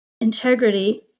integrity